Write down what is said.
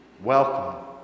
welcome